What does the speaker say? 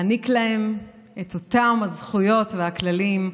להעניק להם את אותם הזכויות והכללים,